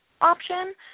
option